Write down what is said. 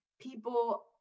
people